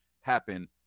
happen